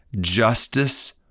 justice